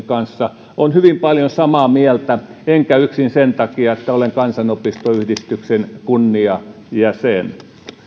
kanssa olen hyvin paljon samaa mieltä enkä yksin sen takia että olen kansanopistoyhdistyksen kunniajäsen